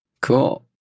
Cool